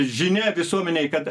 žinia visuomenei kad